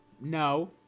No